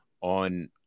on